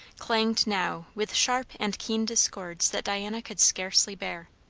clanged now with sharp and keen discords that diana could scarcely bear.